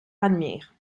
palmyre